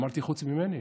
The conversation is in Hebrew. אמרתי "חוץ ממני".